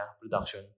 Production